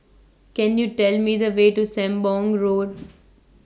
Can YOU Tell Me The Way to Sembong Road